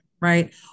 right